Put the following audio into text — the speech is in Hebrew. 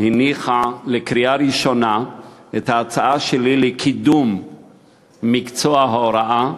הניחה לקריאה ראשונה את ההצעה שלי לקידום מקצוע ההוראה,